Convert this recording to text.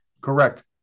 Correct